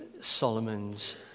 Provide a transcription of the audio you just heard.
Solomon's